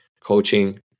coaching